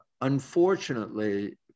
unfortunately